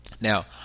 Now